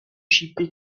chipie